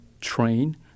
train